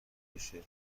بشه